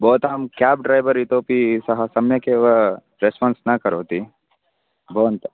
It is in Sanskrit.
भवतां क्याब् ड्रैवर् इतोपि सह सम्यकेव रेस्पान्स् न करोति भवन्तः